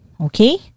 okay